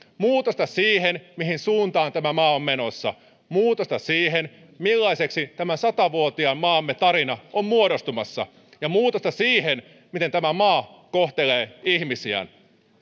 muutosta siihen mihin suuntaan tämä maa on menossa muutosta siihen millaiseksi tämän sata vuotiaan maamme tarina on muodostumassa ja muutosta siihen miten tämä maa kohtelee ihmisiään